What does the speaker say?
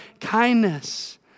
kindness